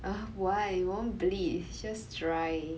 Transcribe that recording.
uh why it won't bleed it's just dry